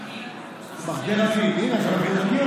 מה עם משבר האקלים?